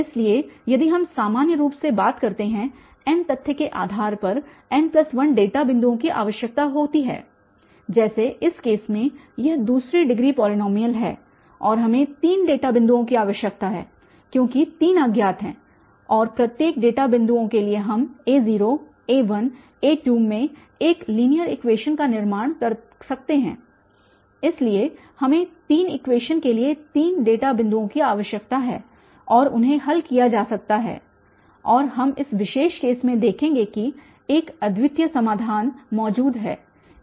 इसलिए यदि हम सामान्य रूप से बात करते हैं n तथ्य के आधार पर n1 डेटा बिंदुओं की आवश्यकता होती है जैसे इस केस में यह दूसरी डिग्री पॉलीनॉमियल है और हमें तीन डेटा बिंदुओं की आवश्यकता है क्योंकि तीन अज्ञात हैं और प्रत्येक डेटा बिंदुओं के लिए हम a0 a1 a2 में एक लीनियर इक्वेशन्स का निर्माण कर सकते हैं इसलिए हमें तीन इक्वेशन्स के लिए तीन डेटा बिंदुओं की आवश्यकता है और उन्हें हल किया जा सकता है और हम इस विशेष केस में देखेंगे कि एक अद्वितीय समाधान मौजूद है